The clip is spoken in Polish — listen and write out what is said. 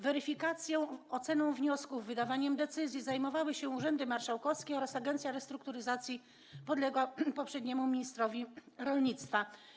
Weryfikacją, oceną wniosków, wydawaniem decyzji zajmowały się urzędy marszałkowskie oraz agencja restrukturyzacji podległa poprzedniemu ministrowi rolnictwa.